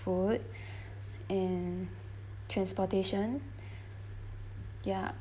food and transportation ya